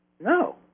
no